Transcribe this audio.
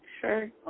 Sure